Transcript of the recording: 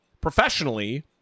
professionally